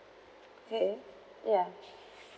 okay ya